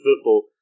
football